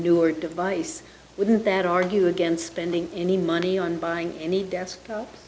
newer device wouldn't that argue against spending any money on buying any desktop